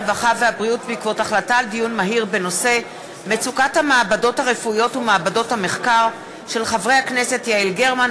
הרווחה והבריאות בעקבות דיון מהיר בהצעתם של חברי הכנסת יעל גרמן,